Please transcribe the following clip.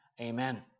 Amen